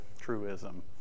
truism